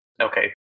Okay